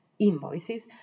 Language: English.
invoices